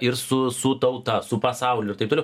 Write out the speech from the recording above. ir su su tauta su pasauliu taip toliau